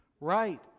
Right